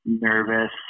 nervous